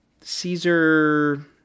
Caesar—